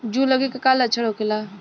जूं लगे के का लक्षण का होखे?